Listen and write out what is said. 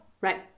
Right